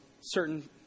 certain